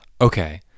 Okay